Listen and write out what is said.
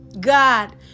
God